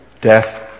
death